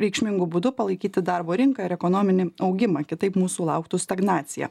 reikšmingu būdu palaikyti darbo rinką ir ekonominį augimą kitaip mūsų lauktų stagnacija